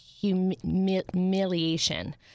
humiliation